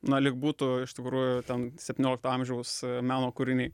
na lyg būtų iš tikrųjų ten septyniolikto amžiaus meno kūriniai